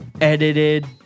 edited